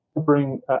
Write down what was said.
bring